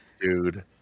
Dude